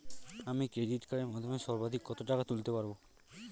আমি ক্রেডিট কার্ডের মাধ্যমে সর্বাধিক কত টাকা তুলতে পারব?